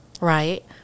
right